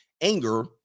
Anger